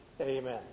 Amen